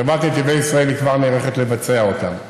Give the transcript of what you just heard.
חברת נתיבי ישראל כבר נערכת לבצע אותן.